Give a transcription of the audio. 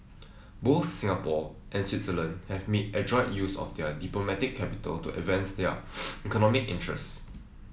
both Singapore and Switzerland have made adroit use of their diplomatic capital to advance their economic interests